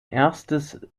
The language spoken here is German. erstes